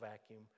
vacuum